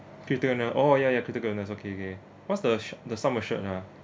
oh ya ya okay okay what's s~ the the ah